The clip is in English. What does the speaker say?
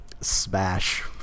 Smash